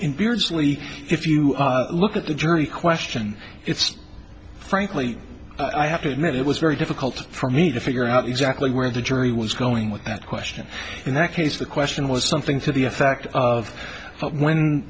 beardsley if you look at the jury question it's frankly i have to admit it was very difficult for me to figure out exactly where the jury was going with that question in that case the question was something to the effect of when